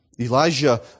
Elijah